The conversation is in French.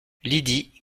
lydie